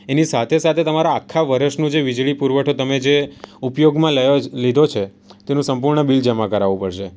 એની સાથે સાથે તમારા આખા વરસનું જે વીજળી પુરવઠો તમે જે ઉપયોગમાં લેવા લીધો છે તેનું સંપૂર્ણ બિલ જમા કરાવવું પડશે